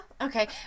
Okay